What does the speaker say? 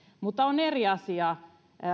mutta on eri asia